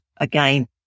again